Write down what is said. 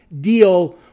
deal